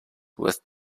with